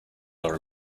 are